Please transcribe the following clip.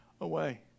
away